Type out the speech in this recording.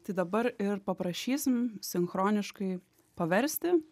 tai dabar ir paprašysim sinchroniškai paversti